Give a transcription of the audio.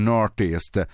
Northeast